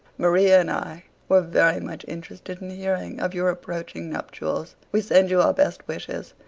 maria and i were very much interested in hearing of your approaching nuptials. we send you our best wishes.